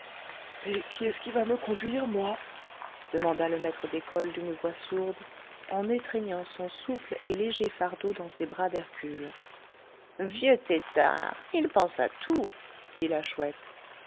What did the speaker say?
mais qui est-ce qui va me conduire moi demanda le maître d'école d'une voix sourde en étreignant son souple et léger fardeau dans ses bras d'hercule vieux têtard il pense à tout dit la chouette